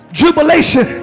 jubilation